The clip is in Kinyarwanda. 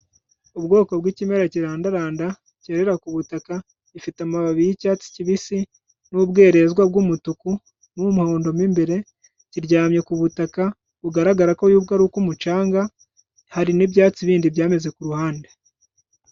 Ubwoko bw'ikimera kirandaranda cyerera ku butaka, gifite amababi y'icyatsi kibisi n'ubwerezwa bw'umutuku n'umuhondo mo imbere, kiryamye ku butaka bugaragara ko yuko ari ubw'umucanga; hari n'ibyatsi bindi byameze ku ruhande.